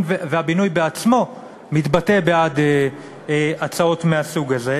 והבינוי בעצמו מתבטא בעד הצעות מהסוג הזה.